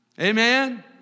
Amen